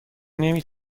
نمی